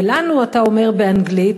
ולנו, אתה אומר באנגלית,